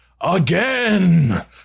again